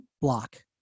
block